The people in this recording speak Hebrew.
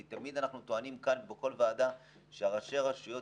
כי תמיד אנחנו טוענים כאן בכל ועדה שראשי הרשויות